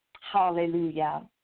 Hallelujah